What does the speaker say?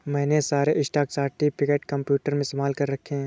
मैंने सारे stock certificate computer में संभाल के रखे हैं